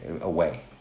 away